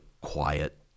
quiet